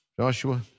Joshua